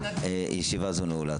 ישיבה זו נעולה.